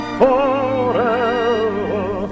forever